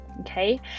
Okay